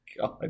god